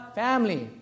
family